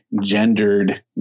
gendered